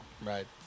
Right